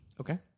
Okay